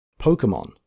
pokemon